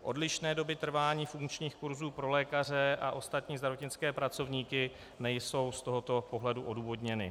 Odlišné doby trvání funkčních kurzů pro lékaře a ostatní zdravotnické pracovníky nejsou z tohoto pohledu odůvodněny.